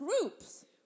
groups